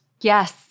Yes